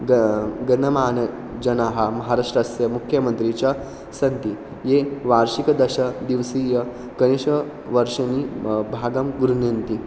ग गन्नमान जनाः महाराष्ट्रस्य मुख्यमन्त्री च सन्ति ये वार्षिक दशदिवसीय गणेशवर्षनी भागं गृह्णन्ति